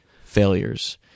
failures